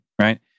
Right